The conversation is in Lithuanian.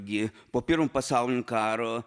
gi po pirmo pasaulinio karo